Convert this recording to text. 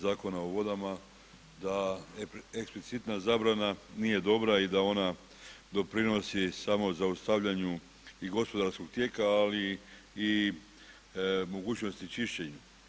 Zakona o vodama da eksplicitna zabrana nije dobra i da ona doprinosi samozaustavljanju i gospodarskog tijeka ali i mogućnosti čišćenja.